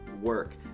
work